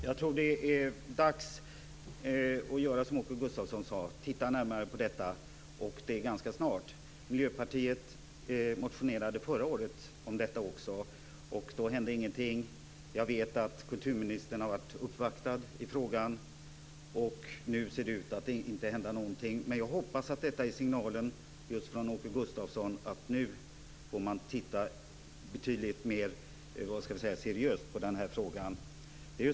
Herr talman! Jag tror att det är dags att göra som Åke Gustavsson sade, titta närmare på detta, och det ganska snart. Miljöpartiet motionerade om detta förra året också. Då hände ingenting. Jag vet att kulturministern har varit uppvaktad i frågan. Nu ser det ut att inte hända någonting. Men jag hoppas att Åke Gustavsson har gett signalen att nu får man titta betydligt mer seriöst på den här frågan.